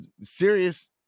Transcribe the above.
serious